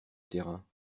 terrain